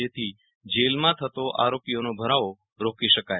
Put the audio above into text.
જેથી જેલમાં થતો આરોપીઓનો ભરાવો રોકી શકાય